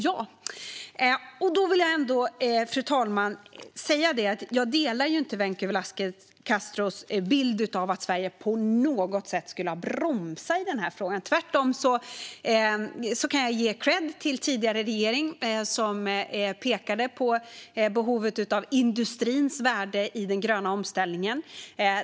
Jag har inte samma bild som Daniel Vencu Velasquez Castro, att Sverige på något sätt skulle bromsa i denna fråga. Tvärtom kan jag ge kredd till den tidigare regeringen, som pekade på behovet av industrins värde i den gröna omställningen.